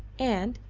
and,